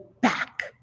back